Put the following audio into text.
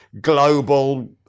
global